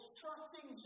trusting